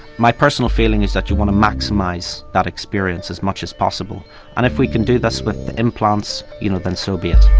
my personal feeling is that you want to maximise that experience as much as possible and if we can do this with implants you know then so be it.